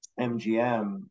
MGM